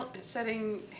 setting